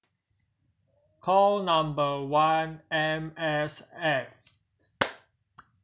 call number one M_S_F